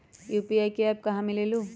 UPI app कहा से मिलेलु?